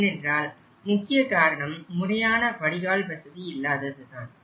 ஏனென்றால் முக்கிய காரணம் முறையான வடிகால் வசதி இல்லாதது தான்